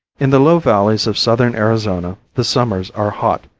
in the low valleys of southern arizona the summers are hot,